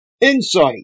Insight